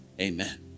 amen